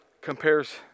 compares